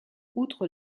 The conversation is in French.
outre